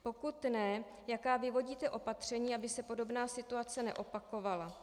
Pokud ne, jaká vyvodíte opatření, aby se podobná situace neopakovala?